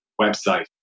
website